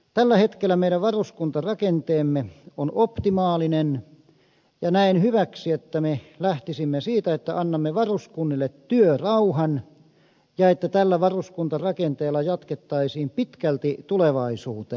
tällä hetkellä meidän varuskuntarakenteemme on optimaalinen ja näen hyväksi että me lähtisimme siitä että annamme varuskunnille työrauhan ja tällä varuskuntarakenteella jatkettaisiin pitkälti tulevaisuuteen